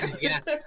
Yes